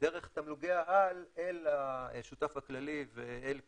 דרך תמלוגי העל אל השותף הכללי ואל כיסיהם,